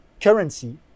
currency